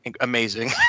amazing